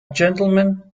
gentleman